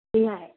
ꯌꯥꯏ